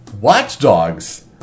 Watchdogs